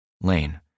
Lane